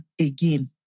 again